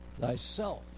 Thyself